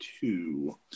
two